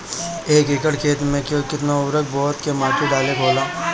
एक एकड़ खेत में के केतना उर्वरक बोअत के माटी डाले के होला?